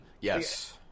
Yes